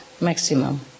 maximum